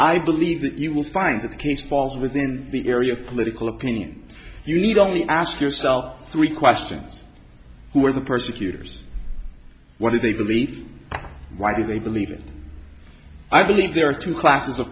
i believe that you will find that the case falls within the area of political opinion you need only ask yourself three questions who are the persecutors what do they believe why do they believe in i believe there are two classes